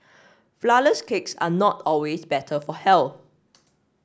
flourless cakes are not always better for health